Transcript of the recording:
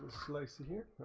fleiss here